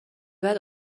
بعد